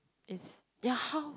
it's ya how